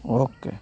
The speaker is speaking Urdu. او کے